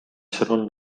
sõnul